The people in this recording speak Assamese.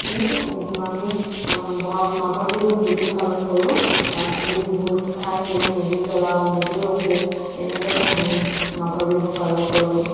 তেনেকেই আমি ব'হাগ মাঘৰ বিহু দুদিন পালন কৰো এদিন ভোজ খাই মেলি মেজি জ্বলাওঁ মেজি ৰখো তেনেদৰে আমি মাঘৰ বিহু পালন কৰো